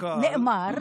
נאמר